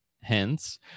hence